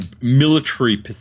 military